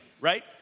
Right